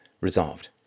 resolved